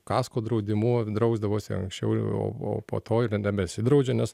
kasko draudimu drausdavosi anksčiau o o po to ir nebesidraudžia nes